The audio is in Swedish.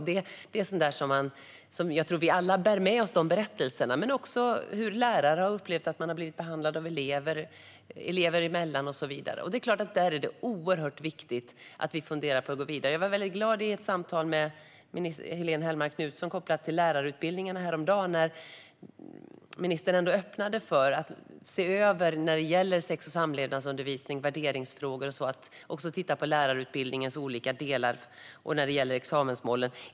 Jag tror att vi alla bär med oss dessa berättelser. Det handlar också om hur lärare har upplevt att de blivit behandlade av elever och om behandlingen elever emellan. Där är det oerhört viktigt att vi funderar på hur vi ska gå vidare. Häromdagen hade jag ett samtal med Helene Hellmark Knutsson som hade med lärarutbildningarna att göra. Jag blev väldigt glad när ministern öppnade för att titta på lärarutbildningens olika delar när det gäller sex och samlevnadsundervisning och värderingsfrågor samt när det gäller examensmålen.